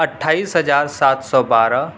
اٹھائیس ہزار سات سو بارہ